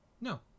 No